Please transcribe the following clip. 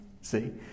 See